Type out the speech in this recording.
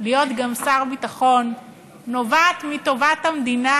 להיות גם שר ביטחון נובעת מטובת המדינה